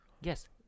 Yes